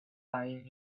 lying